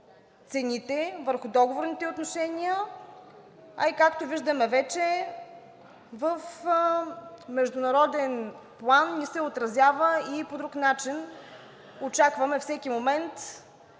цените, върху договорните отношения, а и както виждаме вече, в международен план ни се отразява и по друг начин – очакваме всеки момент